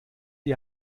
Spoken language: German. die